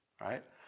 right